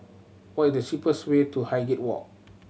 what is the cheapest way to Highgate Walk